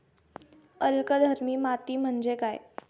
अल्कधर्मी माती म्हणजे काय?